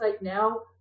now